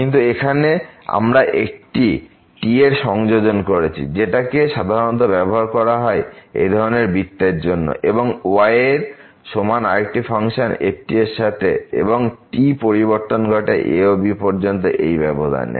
কিন্তু এখানে আমরা একটি t এর সংযোজন করেছি যেটাকে সাধারণত ব্যবহার করা হয় এই ধরনের বৃত্তের জন্য এবং y সমান আরেকটি ফাংশন f এর সাথে এবং এখানে t পরিবর্তন ঘটে a থেকে b পর্যন্ত এই ব্যবধানে